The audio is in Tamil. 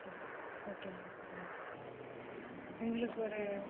ஓகே ஓகேம்மா ஓகேம்மா எங்களுக்கு ஒரு